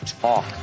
talk